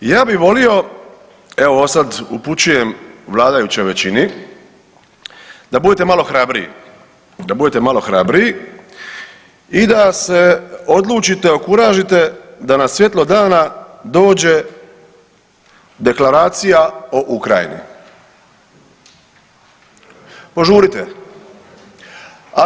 Ja bi volio evo odsad upućujem vladajućoj većini da budete malo hrabriji, da budete malo hrabriji i da se odlučite, okuražite da na svjetlo dana dođe Deklaracija o Ukrajini, požurite.